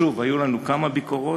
שוב, היו לנו כמה ביקורות,